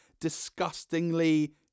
disgustingly